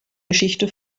geschichte